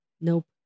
nope